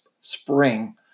spring